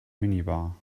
minibar